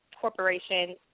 corporation